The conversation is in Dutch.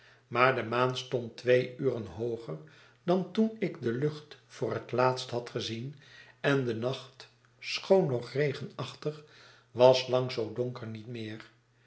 maar de maan stond twee uren hooger dan toen ik de lucfit voor het laatst had gezien en de nacht schoon nog regenachtig was lang zoo donker niet meer